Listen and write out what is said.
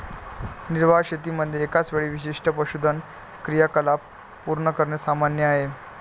निर्वाह शेतीमध्ये एकाच वेळी विशिष्ट पशुधन क्रियाकलाप पूर्ण करणे सामान्य आहे